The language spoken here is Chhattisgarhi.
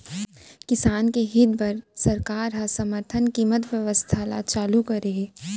किसान के हित बर सरकार ह समरथन कीमत बेवस्था ल चालू करे हे